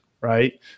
Right